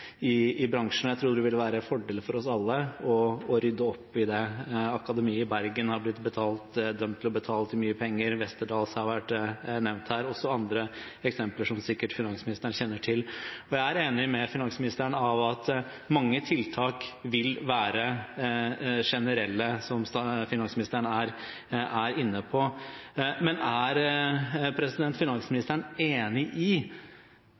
bransjen. Jeg tror det vil være en fordel for oss alle å rydde opp i det. Akademiet i Bergen har blitt dømt til å betale mye penger, Westerdals har vært nevnt her, og det er også andre eksempler, som sikkert finansministeren kjenner til. Jeg er enig med finansministeren i at mange tiltak vil være generelle, som finansministeren er inne på. Men er finansministeren enig i